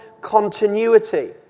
continuity